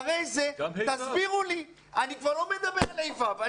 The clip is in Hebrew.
אני כבר לא מדבר על ה' ו'.